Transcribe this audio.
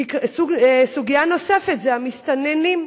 סוגיה נוספת היא המסתננים.